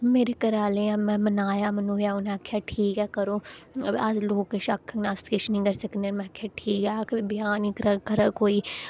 मेरे घरें आह्लें गी में मनाया उ'नें आखेआ ठीक ऐ करो अगर लोक आखङन अस किश निं करी सकने में आखेआ ठीक ऐ आखन ब्याह् निं करग कोई